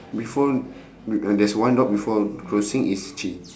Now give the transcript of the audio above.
before there's one dog before crossing its